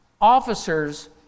officers